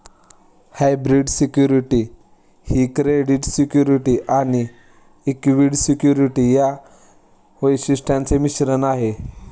hybrid security ही credit security आणि equity security या वैशिष्ट्यांचे मिश्रण आहे